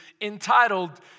entitled